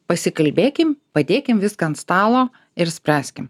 pasikalbėkim padėkim viską ant stalo ir spręskim